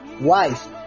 wife